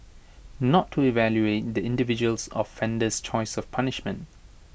not to evaluate the individuals offender's choice of punishment